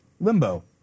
Limbo